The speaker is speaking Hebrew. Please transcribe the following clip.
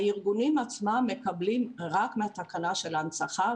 הארגונים עצמם מקבלים רק מתקנת ההנצחה,